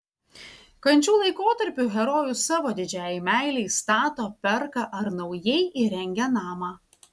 kančių laikotarpiu herojus savo didžiajai meilei stato perka ar naujai įrengia namą